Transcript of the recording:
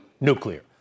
nuclear